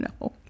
No